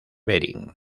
bering